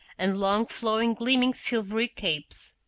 and long flowing gleaming silvery capes.